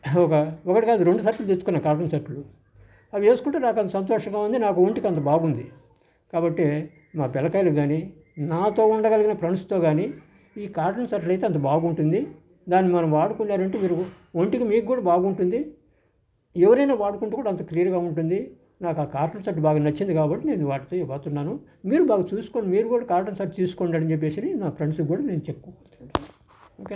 ఒక ఒకటి కాదు రెండు షర్ట్లు తెచ్చుకున్నాను కాటన్ షర్ట్లు అది వేసుకుంటే నాకు సంతోషంగా ఉందినాకు ఒంటికంత బాగుంది కాబట్టి మా పిలకాయలు కానీ నాతో ఉండగలిగిన ఫ్రెండ్స్తో కానీ ఈ కాటన్ షర్టులైతే అంత బాగుంటుంది దాన్ని మనం వాడుకున్నారంటే మీరు ఒంటికి మీకు కూడా బాగుంటుంది ఎవరైనా వాడుకుంటే కూడా అంత క్లీన్ గా ఉంటుంది నాకు ఆ కాటన్ షర్టు బాగా నచ్చింది కాబట్టి నేను వాటిని వాడుతున్నాను మీరు బాగా చూసుకోండి మీరు కూడా కాటన్ షర్ట్ తీసుకోండి అని చెప్పేసి నా ఫ్రెండ్స్ కూడా నేను చెప్తాను ఓకేనా